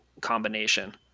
combination